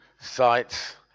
sites